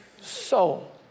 soul